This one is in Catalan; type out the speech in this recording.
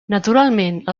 naturalment